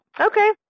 Okay